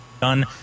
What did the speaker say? done